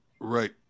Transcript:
Right